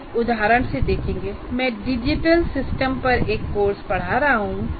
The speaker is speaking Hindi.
हम एक उदाहरण से देखेंगे मैं डिजिटल सिस्टम पर एक कोर्स पढ़ा रहा हूं